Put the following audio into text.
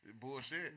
Bullshit